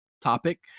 topic